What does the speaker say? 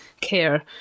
care